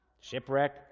Shipwreck